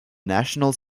national